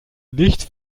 nichts